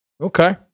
okay